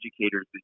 educators